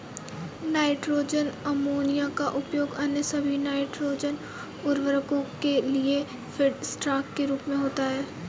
nitrogen ammonia का उपयोग अन्य सभी नाइट्रोजन उवर्रको के लिए फीडस्टॉक के रूप में होता है